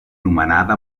nomenada